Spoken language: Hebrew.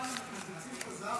כאן אם מקצצים את הזה"ב,